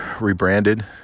rebranded